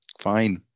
fine